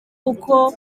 uko